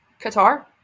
Qatar